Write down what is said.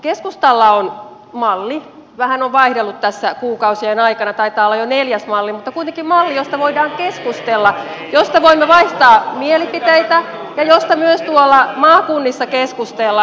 keskustalla on malli joka vähän on vaihdellut tässä kuukausien aikana taitaa olla jo neljäs malli mutta kuitenkin malli josta voidaan keskustella ja josta voimme vaihtaa mielipiteitä ja josta myös tuolla maakunnissa keskustellaan